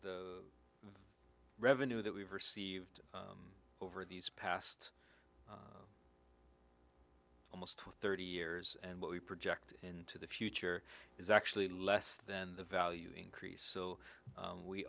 the revenue that we've received over these past almost thirty years and what we project into the future is actually less than the value increase so